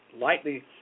lightly